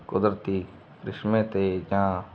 ਕੁਦਰਤੀ ਕ੍ਰਿਸ਼ਮੇ 'ਤੇ ਜਾਂ